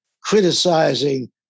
criticizing